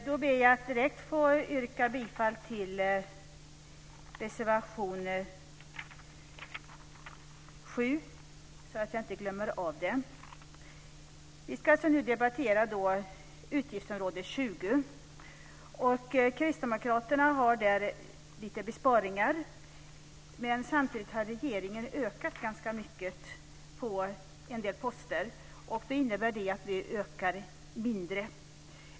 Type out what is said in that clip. Fru talman! Jag ber direkt att få yrka bifall till reservation 7, så att jag inte glömmer det. Vi ska nu debattera utgiftsområde 20. Kristdemokraterna har där lite besparingar. Samtidigt har regeringen ökat ganska mycket på en del poster.